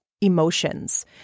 emotions